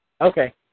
Okay